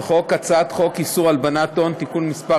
הצעת חוק איסור הלבנת הון (תיקון מס'